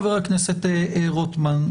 חבר הכנסת רוטמן,